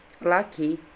lucky